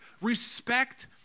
Respect